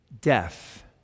death